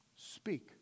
Speak